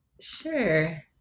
Sure